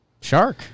shark